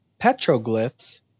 Petroglyphs